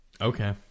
Okay